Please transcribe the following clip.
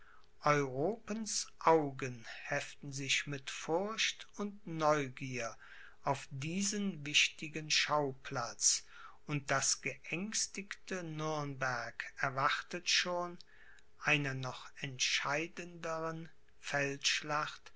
europens augen heften sich mit furcht und neugier auf diesen wichtigen schauplatz und das geängstigte nürnberg erwartet schon einer noch entscheidendern